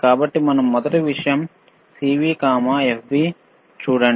కాబట్టి మనం మొదటి విషయం CV FB చూడండి